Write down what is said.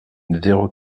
zéro